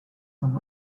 from